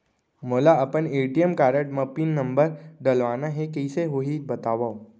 मोला अपन ATM card म पिन नंबर डलवाना हे कइसे होही बतावव?